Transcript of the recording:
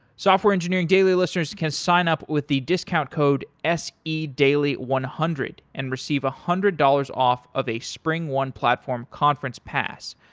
software engineering daily listeners can sign up with the discount code se daily one hundred and receive a one hundred dollars off of a springone platform conference pass,